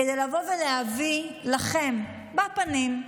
כדי לבוא ולהביא לכם בפנים,